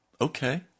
Okay